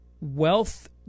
wealth